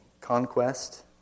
conquest